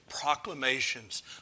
proclamations